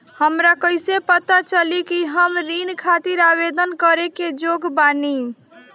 हमरा कईसे पता चली कि हम ऋण खातिर आवेदन करे के योग्य बानी?